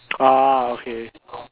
ah okay